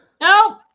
No